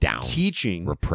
teaching